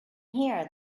here